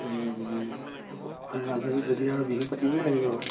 এই অসমীয়া মানুহ যদি আৰু বিহু পাতিবই লাগিব আৰু